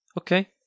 Okay